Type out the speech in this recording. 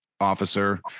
officer